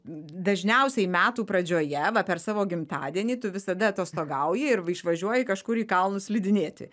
dažniausiai metų pradžioje va per savo gimtadienį tu visada atostogauji ir išvažiuoji kažkur į kalnus slidinėti